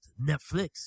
Netflix